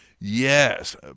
yes